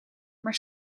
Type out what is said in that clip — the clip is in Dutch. maar